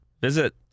Visit